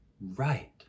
right